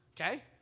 Okay